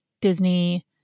Disney